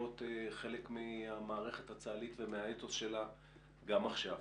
חלק מהמערכת הצה"לית ומהאתוס שלה גם עכשיו.